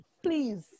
Please